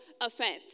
offense